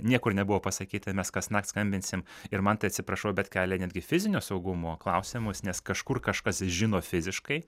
niekur nebuvo pasakyta mes kasnakt skambinsim ir man tai atsiprašau bet kelia netgi fizinio saugumo klausimus nes kažkur kažkas žino fiziškai